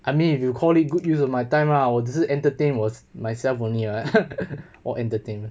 I mean if you call it good use of my time lah 我只是 entertain 我 myself only uh 我 entertainer